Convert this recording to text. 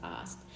asked